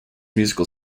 musical